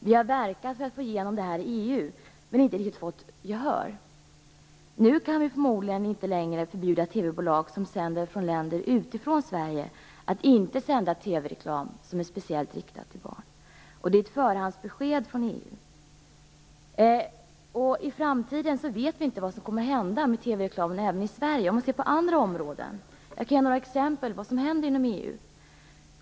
Vi har verkat för att få igenom detta i EU men inte riktigt fått gehör. Nu kan vi förmodligen inte längre förbjuda TV-bolag som sänder från länder utifrån Sverige att sända TV-reklam som är speciellt riktad till barn. Det är ett förhandsbesked från EU. I framtiden vet vi inte vad som kommer att hända med TV-reklamen i Sverige även på andra områden. Jag kan ge några exempel på vad som händer i EU.